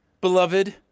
beloved